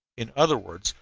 in other words,